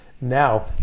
now